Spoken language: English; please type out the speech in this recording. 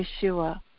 Yeshua